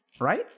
Right